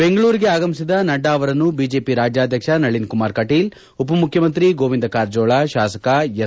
ಬೆಂಗಳೂರಿಗೆ ಆಗಮಿಸಿದ ನಡ್ಡಾ ಅವರನ್ನು ಬಿಜೆಪ ರಾಜ್ಯಾಧ್ಯಕ್ಷ ನಳನ್ ಕುಮಾರ್ ಕಟೀಲ್ ಉಪಮುಖ್ಖಮಂತ್ರಿ ಗೋವಿಂದ ಕಾರಜೋಳ ಶಾಸಕ ಎಸ್